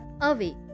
away